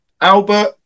albert